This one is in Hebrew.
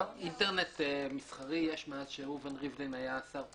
אינטרנט מסחרי יש מאז שראובן ריבלין היה שר תקשורת.